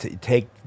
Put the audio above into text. take